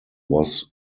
was